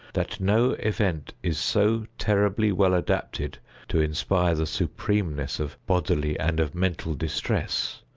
that no event is so terribly well adapted to inspire the supremeness of bodily and of mental distress,